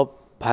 ধন্যবাদ